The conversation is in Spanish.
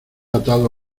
atado